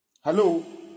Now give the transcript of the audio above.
Hello